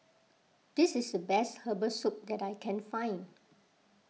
this is the best Herbal Soup that I can find